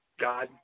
God